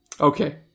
Okay